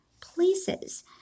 places